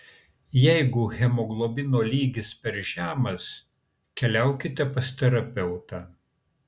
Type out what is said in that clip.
jeigu hemoglobino lygis per žemas keliaukite pas terapeutą